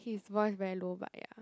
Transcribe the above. his voice very low but ya